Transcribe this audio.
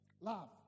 Love